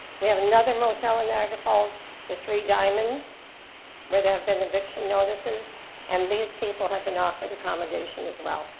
we have another motel in niagara falls the three diamonds where there have been eviction notices and these people have been offered accommodations as well.